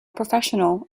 professional